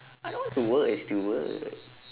I don't want to work as steward